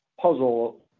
puzzle